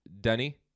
Denny